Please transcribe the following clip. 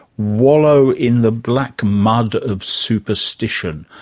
wallow in the black mud of superstition.